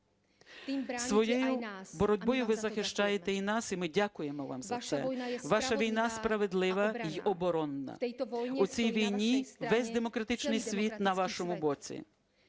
Своєю боротьбою ви захищаєте і нас, і ми дякуємо вам за це, ваша війна справедлива й оборонна. У цій війні весь демократичний світ на вашому боці,